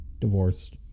divorced